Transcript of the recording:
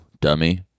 dummy